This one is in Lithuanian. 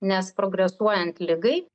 nes progresuojant ligai